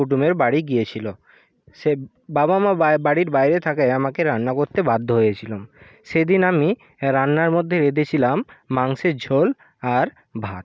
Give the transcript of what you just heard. কুটুমের বাড়ি গিয়েছিল সে বাবা মা বাড়ির বাইরে থাকায় আমাকে রান্না করতে বাধ্য হয়েছিলাম সেদিন আমি রান্নার মধ্যে রেঁধেছিলাম মাংসের ঝোল আর ভাত